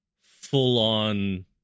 full-on